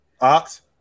Ox